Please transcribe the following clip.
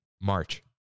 March